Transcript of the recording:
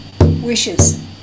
wishes